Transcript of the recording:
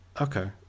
Okay